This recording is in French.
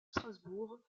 strasbourg